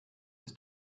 ist